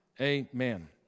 Amen